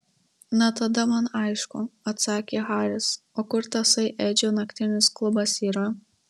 na tada man aišku atsakė haris o kur tasai edžio naktinis klubas yra